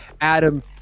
Adam